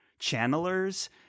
channelers